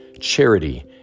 charity